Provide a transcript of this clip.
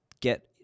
get